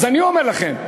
אז אני אומר לכם,